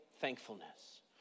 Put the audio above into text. thankfulness